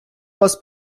вас